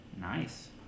Nice